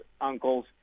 uncles